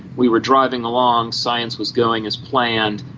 we were driving along, science was going as planned,